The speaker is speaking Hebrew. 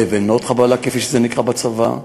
לבנות חבלה כפי שזה נקרא בצבא,